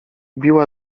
biła